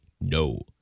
No